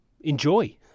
enjoy